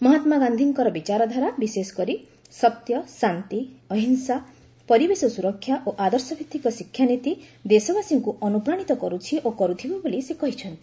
ମହାତ୍ମା ଗାନ୍ଧିଙ୍କର ବିଚାରଧାରା ବିଶେଷକରି ସତ୍ୟ ଶାନ୍ତି ଅହିଂସା ପରିବେଶ ସୁରକ୍ଷା ଓ ଆଦର୍ଶ ଭିତ୍ତିକ ଶିକ୍ଷାନୀତି ଦେଶବାସୀଙ୍କୁ ଅନୁପ୍ରାଣିତ କରୁଛି ଓ କରୁଥିବ ବୋଲି ସେ କହିଚ୍ଛନ୍ତି